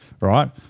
right